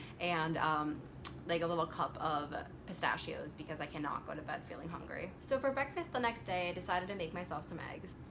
and like a little cup of ah pistachios because i cannot go to bed feeling hungry. so for breakfast the next day i decided to make some eggs.